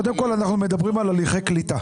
קודם כל, אנחנו מדברים על הליכי קליטה.